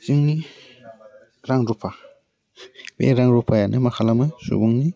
जोंनि रां रुफा बे रां रुफायानो मा खालामो सुबुंनि